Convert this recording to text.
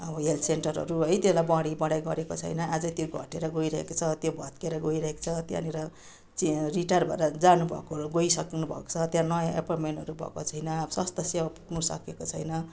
अब हेल्थ सेन्टरहरू है त्यसलाई बढिबढाइ गरेको छैन अझै त्यो घटेर गइरहेको छ त्यो भत्किएर गइरहेको छ त्यहाँनिर चाहिँ रिटायर भएर जानुभएकोहरू गइसक्नु भएको छ त्यहाँ नयाँ एपोन्मेन्टहरू भएको छैन अब स्वास्थ्य सेवा पुग्नुसकेको छैन